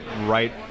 right